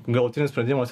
galutinis sprendimas